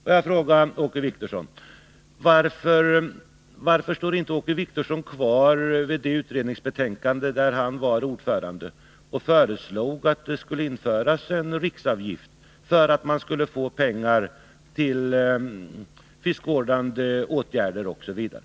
Får jag fråga Åke Wictorsson: Varför står inte Åke Wictorsson kvar vid betänkandet från den utredning där han var ordförande, där det föreslogs införande av en riksavgift för att man skulle få pengar till fiskevårdande åtgärder osv.?